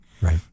right